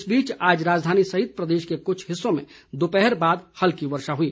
इस बीच आज राजधानी सहित प्रदेश के कुछ हिस्सों में दोपहर बाद हल्की वर्षा हुई